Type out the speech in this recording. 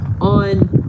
on